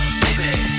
baby